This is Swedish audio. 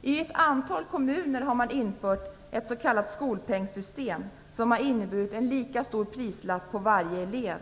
I ett antal kommuner har man infört ett s.k. skolpengssystem. Det har inneburit en lika stor prislapp på varje elev.